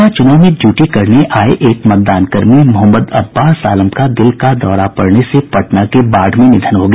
विधानसभा चूनाव में ड्यूटी करने आये एक मतदान कर्मी मोहम्मद अब्बास आलम का दिल का दौरा पड़ने से पटना के बाढ निधन हो गया